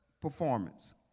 performance